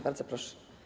Bardzo proszę.